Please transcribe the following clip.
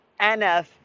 NF